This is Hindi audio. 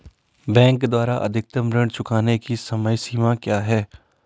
बैंक द्वारा अधिकतम ऋण चुकाने की समय सीमा क्या है?